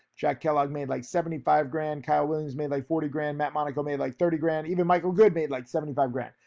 jack kellogg made like seventy five grand, kyle williams made like forty grand, matt monaco made like thirty grand, even mike good made like seventy five grand,